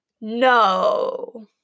No